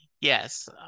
Yes